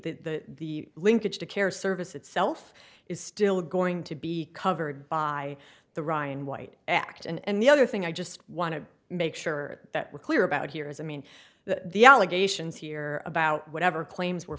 that the linkage to care service itself is still going to be covered by the ryan white act and the other thing i just want to make sure that we're clear about here is i mean that the allegations here about whatever claims were